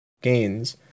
gains